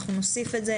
אנחנו נוסיף את זה.